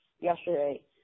yesterday